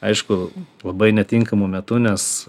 aišku labai netinkamu metu nes